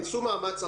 תעשו מאמץ,